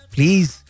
Please